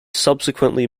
subsequently